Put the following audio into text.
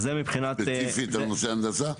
אז זה מבחינת --- ספציפית בנושא ההנדסה?